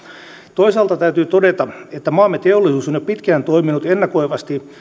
toisaalta täytyy todeta että maamme teollisuus on jo pitkään toiminut ennakoivasti